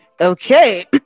Okay